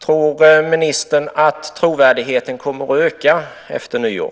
Tror ministern att trovärdigheten kommer att öka efter nyår?